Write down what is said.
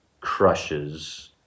crushes